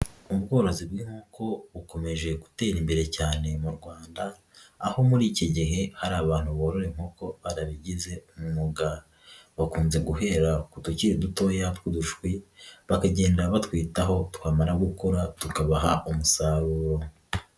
Ubworozi bw'inkoko bukomeje gutera imbere cyane mu Rwanda aho muri iki gihe hari abantu borora inkoko babigize umwuga, bakunze guhera ku dukiri dutoya tw'udushwi bakagenda batwitaho twamara gukura tukabaha umusaruro.